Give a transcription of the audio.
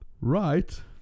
right